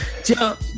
Jump